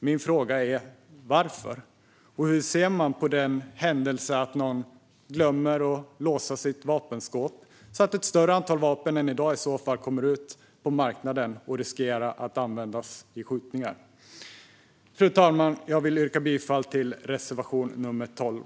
Min fråga är: Varför? Hur ser ni på den händelse att någon glömmer att låsa sitt vapenskåp och att ett större antal vapen än i dag i så fall kommer ut på marknaden och riskerar att användas i skjutningar? Fru talman! Jag yrkar bifall till reservation nr 12.